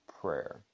prayer